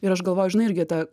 ir aš galvoju žinai irgi ta